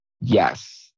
Yes